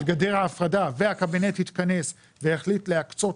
גדר ההפרדה, והקבינט התכנס והחליט להקצות